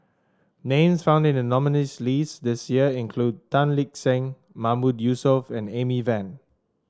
names found in the nominees' list this year include Tan Lip Seng Mahmood Yusof and Amy Van